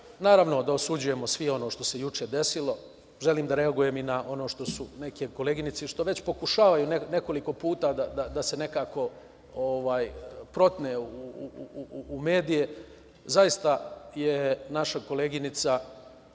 naravno, da osuđujemo sve ono što se juče desilo, želim da reaguje i na ono što su neke koleginice i što pokušavaju već nekoliko puta da se nekako protne u medije, zaista je naša koleginica